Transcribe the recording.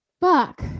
Fuck